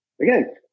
again